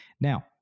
Now